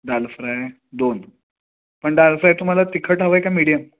दाल fry दोन पण dal fry तुम्हाला तिखट हवं आहे का मीडियम